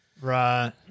Right